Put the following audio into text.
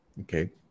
okay